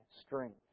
strength